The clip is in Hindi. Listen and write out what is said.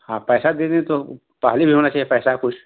हाँ पैसा देंगे तो पहले देना होना चाहिये कि पैसा कुछ